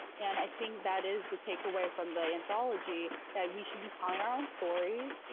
and i think that is the takeaway from the anthology, that we should be telling our own stories.